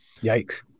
Yikes